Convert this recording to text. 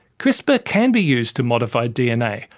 crispr can be used to modify dna,